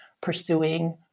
pursuing